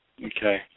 Okay